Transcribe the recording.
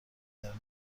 دلیل